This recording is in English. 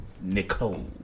Nicole